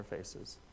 interfaces